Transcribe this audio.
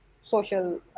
social